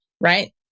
right